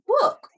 book